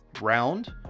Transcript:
round